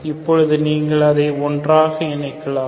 இப்பொழுது நீங்கள் அதை ஒன்றாக இணைக்கலாம்